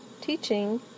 teaching